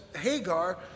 Hagar